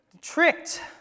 tricked